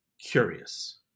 curious